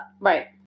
right